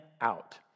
out